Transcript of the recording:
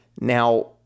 Now